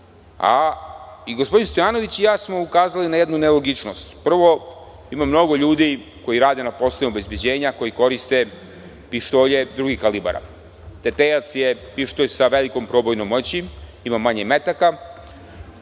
a gospodin Stojanović i ja smo ukazali na jednu nelogičnost. Prvo, ima mnogo ljudi koji rade na poslovima obezbeđenja i koji koriste pištolje drugih kalibara. Tetejac je pištolj sa velikom probojnom moći i ima manje metaka.